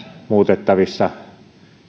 muutettavissa